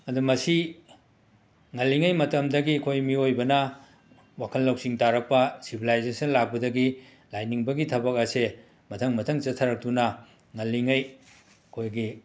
ꯑꯗꯣ ꯃꯁꯤ ꯉꯜꯂꯤꯉꯩ ꯃꯇꯝꯗꯒꯤ ꯑꯩꯈꯣꯏ ꯃꯤꯑꯣꯏꯕꯅ ꯋꯥꯈꯜ ꯂꯧꯁꯤꯡ ꯇꯥꯔꯛꯄ ꯁꯤꯕꯤꯂꯥꯏꯖꯦꯁꯟ ꯂꯥꯛꯄꯗꯒꯤ ꯂꯥꯏꯅꯤꯡꯕꯒꯤ ꯊꯕꯛ ꯑꯁꯦ ꯃꯊꯪ ꯃꯊꯪ ꯆꯠꯊꯔꯛꯇꯨꯅ ꯉꯜꯂꯤꯉꯩ ꯑꯩꯈꯣꯏꯒꯤ